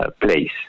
place